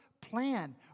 plan